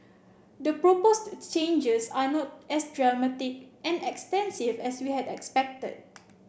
the proposed changes are not as dramatic and extensive as we had expected